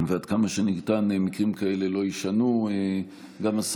ושמקרים כאלה לא יישנו עד כמה שניתן.